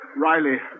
Riley